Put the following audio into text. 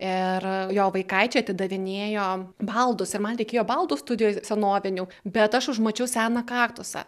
ir jo vaikaičiai atidavinėjo baldus ir man reikėjo baldų studijoj senovinių bet aš užmačiau seną kaktusą